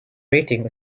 rating